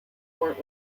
court